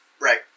Right